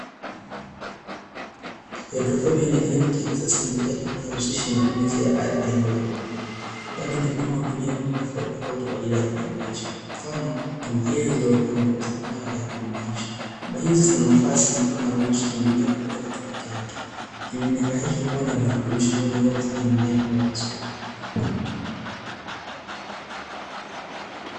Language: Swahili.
Haidroponi ni kilimo cha kisasa ambacho hakihusishi matumizi ya ardhi ya moja kwa moja, bali mkulima hutumia vyombo tofauti kwa ajili ya kilimo hicho mfano bombahizo zilizopangwa zinatumika katika kilimo hicho huku hizi zina nafasi ambayo zinaruhusu kimiminika kupita katikati yake, kiminika hicho huwa na virutubisho ambayo vinaaweza kufanya mmea kukua vizuri.